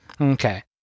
Okay